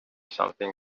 something